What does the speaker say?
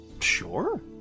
Sure